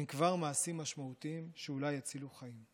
הם כבר מעשים משמעותיים ואולי יצילו חיים.